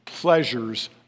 pleasures